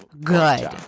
good